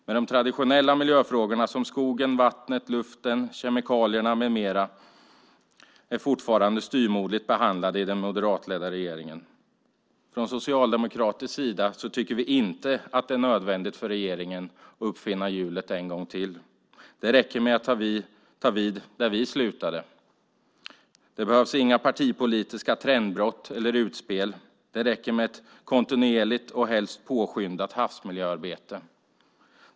Men de traditionella miljöfrågorna, som skogen, vattnet, luften, kemikalierna med mera, är fortfarande styvmoderligt behandlade i den moderatledda regeringen. Vi socialdemokrater tycker inte att det är nödvändigt för regeringen att uppfinna hjulet en gång till. Det räcker att ta vid där vi slutade. Det behövs inga partipolitiska trendbrott eller utspel. Det räcker med ett kontinuerligt och helst påskyndat havsmiljöarbete.